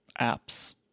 Apps